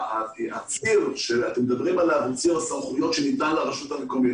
הציר שאנחנו מדברים עליו הוא ציר הסמכויות שניתן לרשות המקומית.